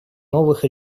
новых